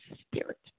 spirit